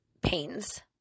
pains